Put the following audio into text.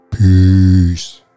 Peace